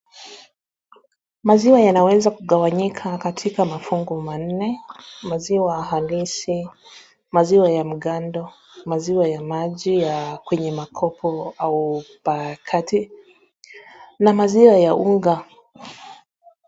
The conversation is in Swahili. Maziwa yanaweza kugawanyika katika mafungu manne maziwa halisi, maziwa ya mgando, maziwa ya maji ya kwenye makopo au mpakate na maziwa ya unga.